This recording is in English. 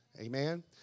Amen